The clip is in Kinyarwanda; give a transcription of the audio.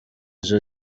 izo